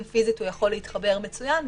אם פיזית הוא יכול להתחבר מצוין,